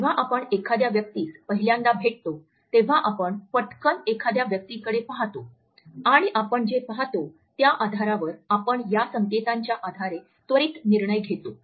जेव्हा आपण एखाद्या व्यक्तीस पहिल्यांदा भेटतो तेव्हा आपण पटकन एखाद्या व्यक्तीकडे पाहतो आणि आपण जे पाहतो त्या आधारावर आपण या संकेतांच्या आधारे त्वरित निर्णय घेतो